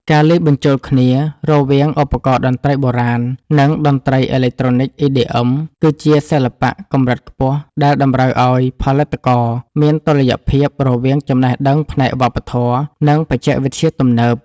ការលាយបញ្ចូលគ្នារវាងឧបករណ៍តន្ត្រីបុរាណ និងតន្ត្រីអេឡិចត្រូនិក EDM គឺជាសិល្បៈកម្រិតខ្ពស់ដែលតម្រូវឱ្យផលិតករមានតុល្យភាពរវាងចំណេះដឹងផ្នែកវប្បធម៌ និងបច្ចេកវិទ្យាទំនើប។